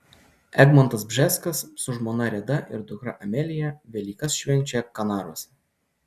egmontas bžeskas su žmona reda ir dukra amelija velykas švenčia kanaruose